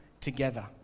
together